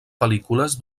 pel·lícules